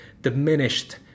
diminished